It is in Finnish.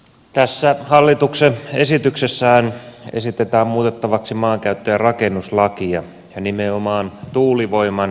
tässä hallituksen esityksessähän esitetään muutettavaksi maankäyttö ja rakennuslakia ja nimenomaan tuulivoiman osalta